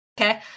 Okay